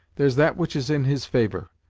there's that which is in his favor,